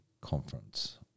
conference